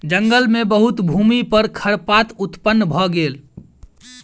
जंगल मे बहुत भूमि पर खरपात उत्पन्न भ गेल